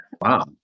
Wow